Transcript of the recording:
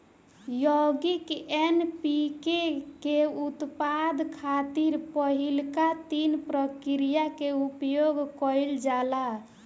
यौगिक एन.पी.के के उत्पादन खातिर पहिलका तीन प्रक्रिया के उपयोग कईल जाला